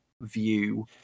view